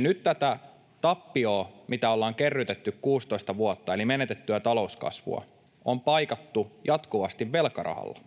nyt tätä tappiota, mitä on kerrytetty 16 vuotta, eli menetettyä talouskasvua, on paikattu jatkuvasti velkarahalla.